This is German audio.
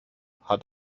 hat